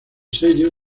sello